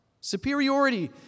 superiority